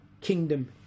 kingdom